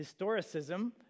historicism